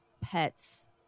pets